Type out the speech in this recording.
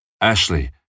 Ashley